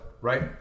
right